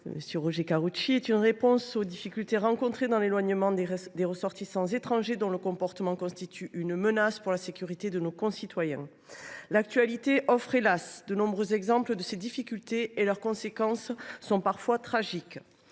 voix Roger Karoutchi est une réponse aux difficultés rencontrées pour éloigner les ressortissants étrangers dont le comportement constitue une menace pour la sécurité de nos concitoyens. L’actualité offre, hélas ! de nombreux exemples de ces difficultés, aux conséquences parfois tragiques.